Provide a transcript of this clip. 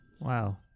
Wow